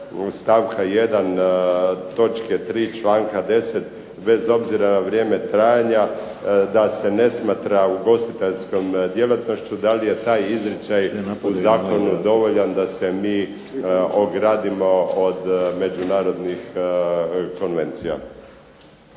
članka 10. bez obzira na vrijeme trajanja da se ne smatra ugostiteljskom djelatnošću, da li je taj izričaj u zakonu dovoljan da se mi ogradimo od međunarodnih konvencija.